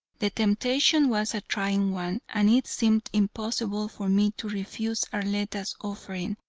the temptation was a trying one, and it seemed impossible for me to refuse arletta's offering.